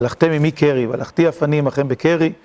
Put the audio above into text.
הלכתם עמי קרי, והלכתי אף אני עמכם בקרי.